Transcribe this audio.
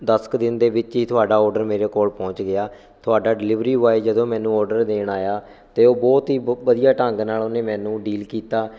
ਦਸ ਕੁ ਦਿਨ ਦੇ ਵਿੱਚ ਹੀ ਤੁਹਾਡਾ ਔਡਰ ਮੇਰੇ ਕੋਲ ਪਹੁੰਚ ਗਿਆ ਤੁਹਾਡਾ ਡਿਲੀਵਰੀ ਬੋਆਏ ਜਦੋਂ ਮੈਨੂੰ ਔਡਰ ਦੇਣ ਆਇਆ ਤਾਂ ਉਹ ਬਹੁਤ ਹੀ ਵ ਵਧੀਆ ਢੰਗ ਨਾਲ਼ ਉਹਨੇ ਮੈਨੂੰ ਡੀਲ ਕੀਤਾ